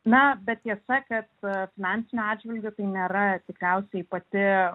na bet tiesa kad finansiniu atžvilgiu tai nėra tikriausiai pati